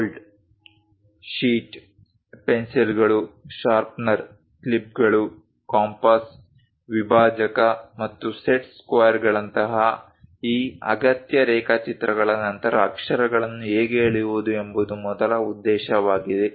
bold sheet ಪೆನ್ಸಿಲ್ಗಳು sharpener ಕ್ಲಿಪ್ಗಳು compass ವಿಭಾಜಕ ಮತ್ತು ಸೆಟ್ ಸ್ಕ್ವೇರ್ಗಳಂತಹ ಈ ಅಗತ್ಯ ರೇಖಾಚಿತ್ರಗಳ ನಂತರ ಅಕ್ಷರಗಳನ್ನು ಹೇಗೆ ಎಳೆಯುವುದು ಎಂಬುದು ಮೊದಲ ಉದ್ದೇಶವಾಗಿದೆ